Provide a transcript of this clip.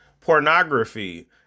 Pornography